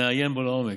מעיין בו לעומק.